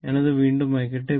ഞാൻ അത് വീണ്ടും മായ്ക്കട്ടെ